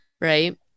right